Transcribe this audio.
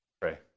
pray